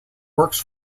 works